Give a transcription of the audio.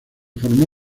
formó